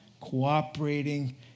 cooperating